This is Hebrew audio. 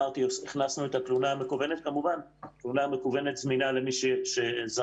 הכנסנו את התלונה המקוונת והיא כמובן זמינה למי שזמין